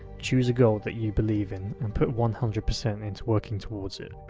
choose a goal that you believe in and put one hundred percent into working towards it